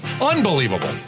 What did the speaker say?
Unbelievable